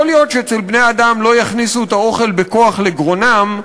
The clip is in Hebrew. יכול להיות שאצל בני-אדם לא יכניסו את האוכל בכוח לגרונם,